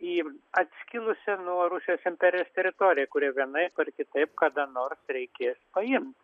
į atskilusią nuo rusijos imperijos teritoriją kuri vienaip ar kitaip kada nors reikės paimt